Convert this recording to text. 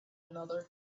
another